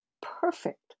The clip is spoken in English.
perfect